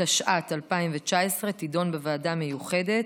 התשע"ט 2019, תידון בוועדה מיוחדת.